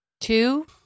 Two